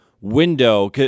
window